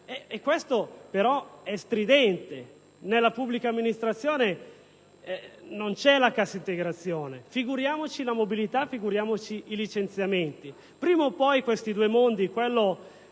contrasto è stridente. Nella pubblica amministrazione non c'è la cassa integrazione, figuriamoci la mobilità e i licenziamenti. Prima o poi, questi due mondi ‑ quello